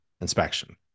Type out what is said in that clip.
inspection